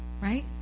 right